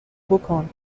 بکن